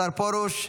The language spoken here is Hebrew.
השר פרוש,